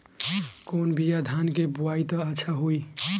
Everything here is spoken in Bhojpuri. कौन बिया धान के बोआई त अच्छा होई?